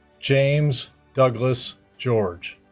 james douglas george